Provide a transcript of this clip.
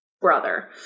brother